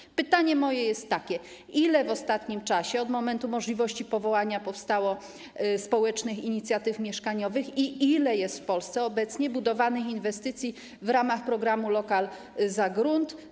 Moje pytanie jest takie: Ile w ostatnim czasie, od momentu możliwości powołania powstało społecznych inicjatyw mieszkaniowych i ile jest w Polsce obecnie budowanych inwestycji w ramach programu ˝lokal za grunt˝